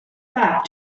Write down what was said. back